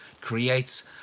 creates